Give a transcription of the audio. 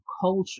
culture